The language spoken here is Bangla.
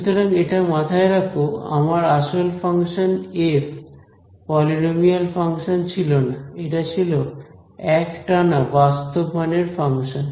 সুতরাং এটা মাথায় রাখ আমার আসল ফাংশন এফ পলিনোমিয়াল ফাংশন ছিল না এটা ছিল একটানা বাস্তব মানের ফাংশন